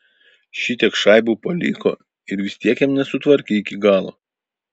šitiek šaibų paliko ir vis tiek jam nesutvarkė iki galo